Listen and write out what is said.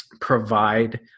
provide